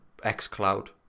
xCloud